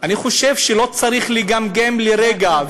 אני חושב שלא צריך לגמגם לרגע,